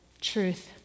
truth